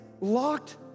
locked